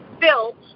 built